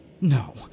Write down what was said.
No